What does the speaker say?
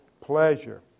pleasure